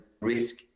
risk